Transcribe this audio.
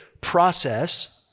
process